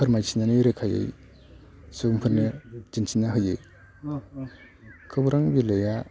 फोरमायथिनायनि रोखायै सुबुंफोरनो दिन्थिनो हायो खौरां बिलाइआ